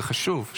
זה חשוב.